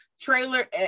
trailer